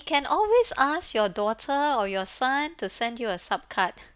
can always ask your daughter or your son to send you a sub card